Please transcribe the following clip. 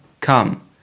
come